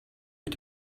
mit